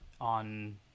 on